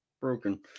broken